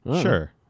Sure